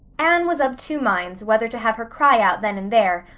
anne was of two minds whether to have her cry out then and there,